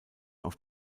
auf